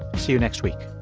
see you next week